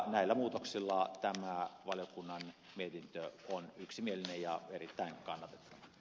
näillä muutoksilla tämä valiokunnan mietintö on yksimielinen ja erittäin kannatettava